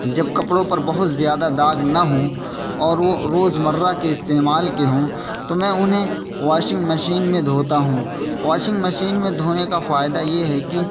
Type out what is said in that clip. جب کپڑوں پر بہت زیادہ داغ نہ ہوں اور وہ روزمرہ کے استعمال کے ہوں تو میں انہیں واشنگ مشین میں دھوتا ہوں واشنگ مشین میں دھونے کا فائدہ یہ ہے کہ